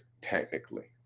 technically